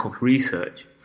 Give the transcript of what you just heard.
research